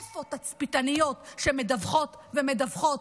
איפה תצפיתניות, שמדווחות ומדווחות?